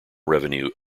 revenue